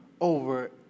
over